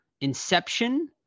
Inception